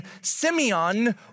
Simeon